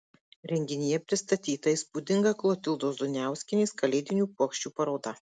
renginyje pristatyta įspūdinga klotildos duniauskienės kalėdinių puokščių paroda